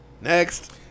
Next